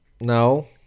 No